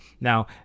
Now